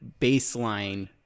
baseline